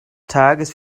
tages